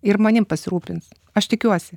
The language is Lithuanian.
ir manim pasirūpins aš tikiuosi